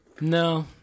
No